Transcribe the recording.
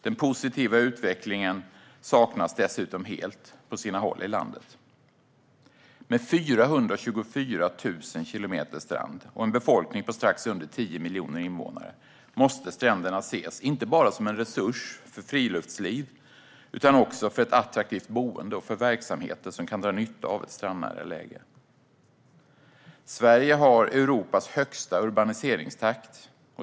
Den positiva utvecklingen saknas dessutom helt på sina håll i landet. Med 424 000 kilometer strand och en befolkning på strax under 10 miljoner invånare måste stränderna ses inte bara som en resurs för friluftsliv utan också för ett attraktivt boende och för verksamheter som kan dra nytta av ett strandnära läge. Sverige har Europas högsta urbaniseringstakt.